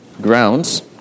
grounds